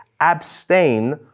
abstain